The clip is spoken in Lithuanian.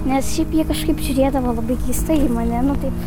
nes šiaip jie kažkaip žiūrėdavo labai keistai į mane nu taip